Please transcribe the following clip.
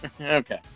Okay